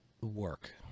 work